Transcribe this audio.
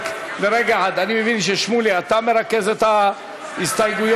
אני מבין ששמולי אתה מרכז את ההסתייגויות?